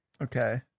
Okay